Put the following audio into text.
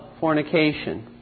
fornication